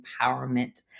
Empowerment